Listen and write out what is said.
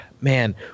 Man